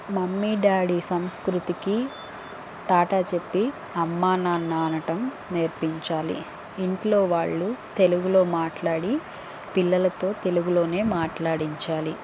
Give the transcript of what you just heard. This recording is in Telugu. మమ్మీ డాడీ సంస్కృతికి టాటా చెప్పి అమ్మానాన్న అనటం నేర్పించాలి ఇంట్లో వాళ్ళు తెలుగులో మాట్లాడి పిల్లలతో తెలుగులోనే మాట్లాడించాలి